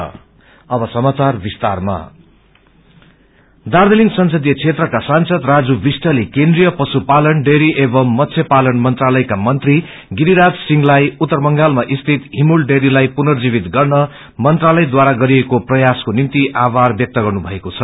डिमूल दार्जीलिङ संसदीय क्षेत्रका सांसद राजू विष्टते केन्द्रिय पश्नुपालन डेयरी एम् मत्स्य पालन मंत्राालयका मंत्री गिरिराज सिंहलाई उत्तर बंगालमा स्थित हिमूल डेयरीलाई पुर्नजीवित गर्न मंत्राालयद्वारा गरिएको प्रयासको निम्ति बन्यवाद व्यक्त गर्नुमएको छ